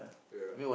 ya